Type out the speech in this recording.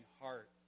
heart